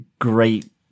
great